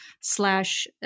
slash